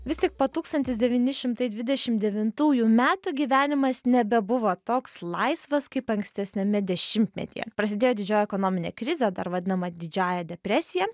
vis tik po tūkstantis devyni šimtai dvidešimt devintųjų metų gyvenimas nebebuvo toks laisvas kaip ankstesniame dešimtmetyje prasidėjo didžioji ekonominė krizė dar vadinama didžiąja depresija